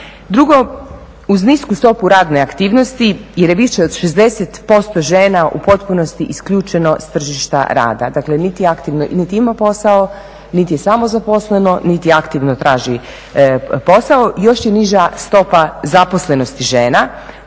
Drugo, uz nisku stopu radne aktivnosti jer je više od 60% žena u potpunosti isključeno s tržišta rada. Dakle, niti aktivno, niti ima posao, niti je samozaposleno, niti aktivno traži posao. Još je niža stopa zaposlenosti žena,